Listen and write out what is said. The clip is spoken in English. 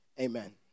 Amen